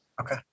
Okay